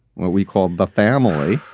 what we called the family.